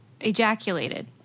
ejaculated